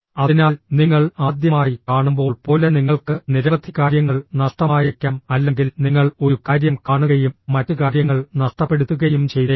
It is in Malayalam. അതിനാൽ നിങ്ങൾ ആദ്യമായി കാണുമ്പോൾ പോലെ നിങ്ങൾക്ക് നിരവധി കാര്യങ്ങൾ നഷ്ടമായേക്കാം അല്ലെങ്കിൽ നിങ്ങൾ ഒരു കാര്യം കാണുകയും മറ്റ് കാര്യങ്ങൾ നഷ്ടപ്പെടുത്തുകയും ചെയ്തേക്കാം